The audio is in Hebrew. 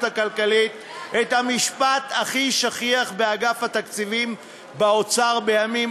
הכלכלית את המשפט הכי שכיח באגף התקציבים באוצר בימים